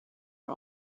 are